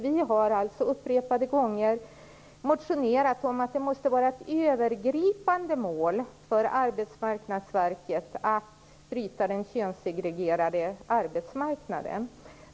Vi har upprepade gånger motionerat om att det måste vara ett övergripande mål för Arbetsmarknadsverket att bryta den könssegregerade arbetsmarknaden.